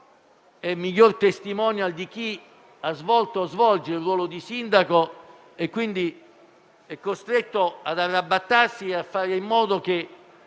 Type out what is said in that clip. è miglior *testimonial* di chi ha svolto e svolge il ruolo di sindaco ed è costretto ad arrabattarsi, per fare in modo che